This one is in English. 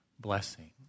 blessing